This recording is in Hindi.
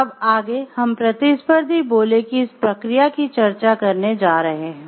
अब आगे हम प्रतिस्पर्धी बोली की इस प्रक्रिया की चर्चा करने जा रहे हैं